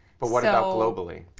but what ah about globally?